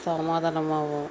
சமாதானமாவோம்